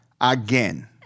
again